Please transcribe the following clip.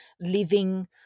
living